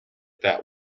that